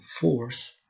force